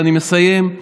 ואני מסיים.